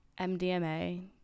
MDMA